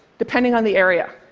depending on the area.